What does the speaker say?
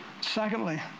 Secondly